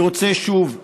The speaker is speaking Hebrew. אני רוצה שוב להודות.